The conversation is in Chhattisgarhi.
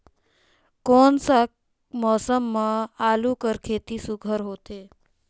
कोन सा मौसम म आलू कर खेती सुघ्घर होथे?